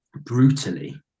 brutally